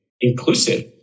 inclusive